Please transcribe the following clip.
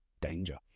danger